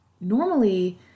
normally